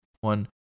one